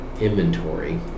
inventory